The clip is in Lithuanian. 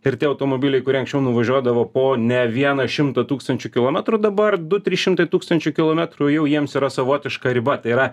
ir tie automobiliai kurie anksčiau nuvažiuodavo po ne vieną šimtą tūkstančių kilometrų dabar du trys šimtai tūkstančių kilometrų jau jiems yra savotiška riba tai yra